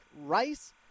Rice